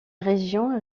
région